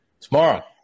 Tomorrow